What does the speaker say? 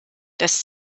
das